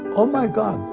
oh my god,